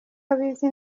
abizi